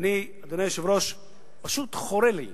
אדוני היושב-ראש, פשוט חורה לי.